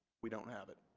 we don't have it.